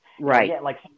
Right